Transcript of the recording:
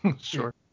Sure